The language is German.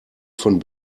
von